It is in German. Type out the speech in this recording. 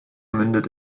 mündet